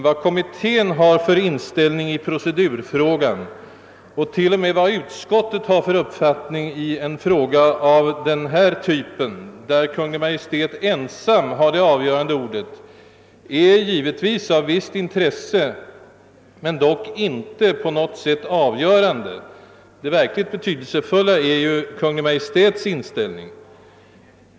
Vad kommittén har för inställning i procedurfrågan och t.o.m. vilken uppfattning utskottet har i en fråga av denna typ, där Kungl. Maj:t ensamt har det slutligt giltiga ordet, är av visst intresse men givetvis dock inte på något sätt avgörande. Det verkligt betydelsefulla är Kungl. Maj:ts inställning.